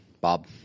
Bob